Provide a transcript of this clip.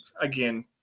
again